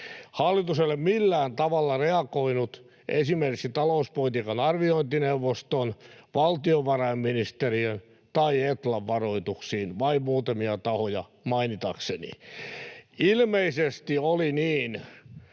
Hallitus ei ole millään tavalla reagoinut esimerkiksi talouspolitiikan arviointineuvoston, valtiovarainministeriön tai Etlan varoituksiin, vain muutamia tahoja mainitakseni. Ilmeisesti oli niin